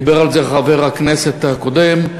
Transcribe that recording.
דיבר על זה חבר הכנסת הקודם,